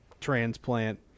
transplant